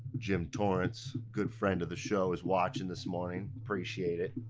jim torrance, good friend of the show, is watching this morning, appreciate it.